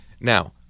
Now